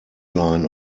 line